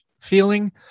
feeling